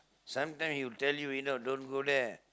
sometime he'll tell you you know don't go there